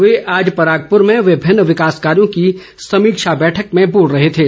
वे आज परागपूर में विभिन्न विकास कार्यों की समीक्षा बैठक में बोल रहे थे